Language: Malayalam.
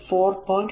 പിന്നെ 4